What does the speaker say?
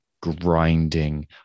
grinding